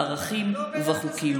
בערכים ובחוקים.